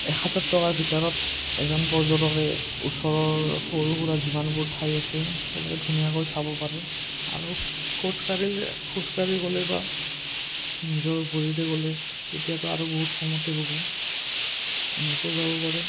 এক হাজাৰ টকাৰ ভিতৰত এজন পৰ্যটকে ওচৰৰ সৰু সুৰা যিমানবোৰ ঠাই আছে তেওঁলোকে ধুনীয়াকৈ চাব পাৰে আৰু খোজকাঢ়িলে খোজকাঢ়ি গ'লে বা নিজৰ ভৰিৰে গ'লে তেতিয়াতো আৰু বহুত কমতে হ'ব এনেকৈয়ো যাব পাৰে